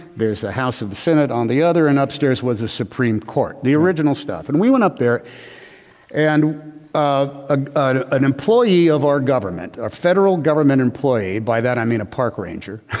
there's a house of the senate on the other and upstairs was a supreme court the original stuff. and we went up there and ah ah an employee of our government, our federal government employee by that i mean a park ranger.